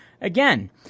again